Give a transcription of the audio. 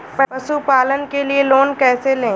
पशुपालन के लिए लोन कैसे लें?